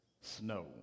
snow